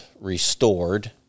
restored